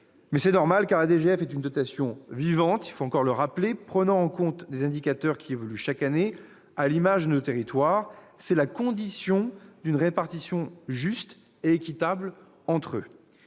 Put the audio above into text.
C'est normal, car la DGF est une dotation vivante, il faut le rappeler, prenant en compte des indicateurs qui évoluent chaque année, à l'image des territoires. C'est la condition d'une répartition juste et équitable entre eux.